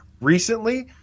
recently